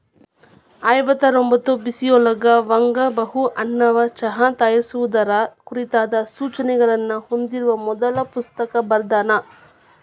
ಐವತ್ತರೊಂಭತ್ತು ಬಿಸಿಯೊಳಗ Wang Bao ಅನ್ನವಾ ಚಹಾ ತಯಾರಿಸುವುದರ ಕುರಿತಾದ ಸೂಚನೆಗಳನ್ನ ಹೊಂದಿರುವ ಮೊದಲ ಪುಸ್ತಕ ಬರ್ದಾನ